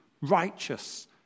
righteous